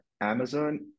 Amazon